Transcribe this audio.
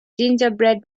gingerbread